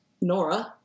Nora